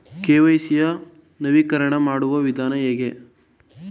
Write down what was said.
KYC ಯ ನವೀಕರಣ ಮಾಡುವ ವಿಧಾನ ಹೇಗೆ?